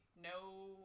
No